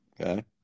okay